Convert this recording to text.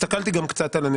אבל הסתכלתי על הנתונים